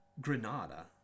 granada